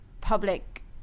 public